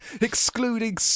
excluding